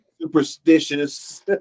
superstitious